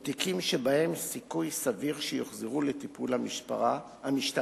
או תיקים שבהם סיכוי סביר שיוחזרו לטיפול המשטרה,